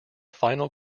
final